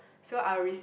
so I'll rec~